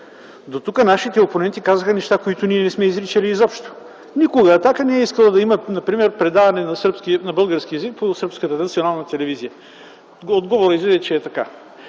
Дотук нашите опоненти казаха неща, които ние не сме изричали изобщо. Никога „Атака” не е искала да има например предаване на български език по Сръбската национална телевизия. От говоренето излиза, че е така.